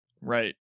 Right